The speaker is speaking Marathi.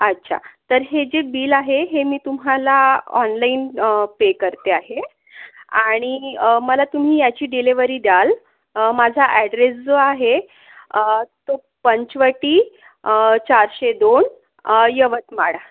अच्छा तर हे बिल जे आहे हे मी तुम्हाला ओनलाईन पे करते आहे आणि मला तुम्ही याची डिलिव्हरी द्याल माझा ॲड्रेस जो आहे तो पंचवटी चारशे दोन यवतमाळ